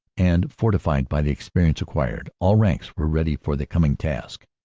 and fortified by the experience acquired, all ranks were ready for the coming task.